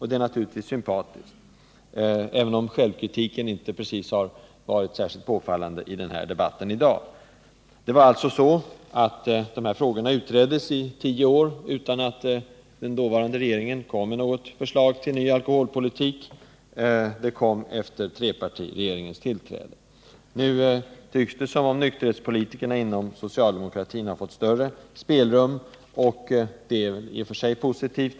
Det är naturligtvis sympatiskt, även om självkritiken inte har varit särskilt påfallande i debatten i dag. De här frågorna utreddes alltså i tio år utan att den dåvarande regeringen kom med något förslag till ny alkoholpolitik. Det förslaget kom efter trepartiregeringens tillträde. Nu tycks nykterhetspolitikerna inom socialdemokratin ha fått större spelrum, och det är i och för sig positivt.